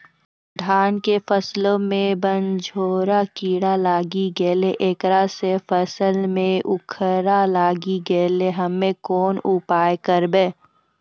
धान के फसलो मे बनझोरा कीड़ा लागी गैलै ऐकरा से फसल मे उखरा लागी गैलै हम्मे कोन उपाय करबै?